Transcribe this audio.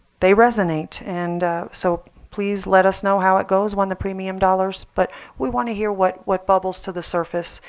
they resonate and so please let us know how it goes when the premium dollars but we want to hear what what bubbles to the surface,